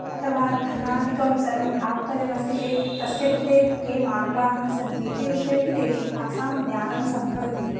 अथवा धनादिकं सर्वं प्राप्तव्यमस्ति चेत् तस्य कृते के मार्गाः सन्तीति विषये अपि तेषां तासां ज्ञानं सम्भवति